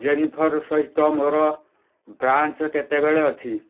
Jennifer ସହିତ ମୋର branch କେତେବେଳେ ଅଛି